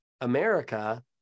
America